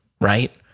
right